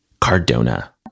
Cardona